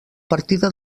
partida